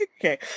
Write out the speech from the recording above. Okay